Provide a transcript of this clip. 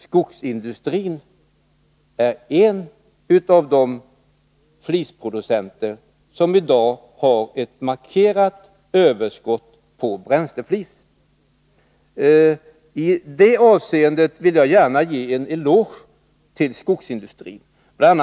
Skogsindustrin är en av de flisproducenter som i dag har ett markerat överskott på bränsleflis. I det avseendet vill jag gärna ge en eloge till skogsindustrin. Bl.